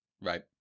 right